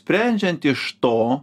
sprendžiant iš to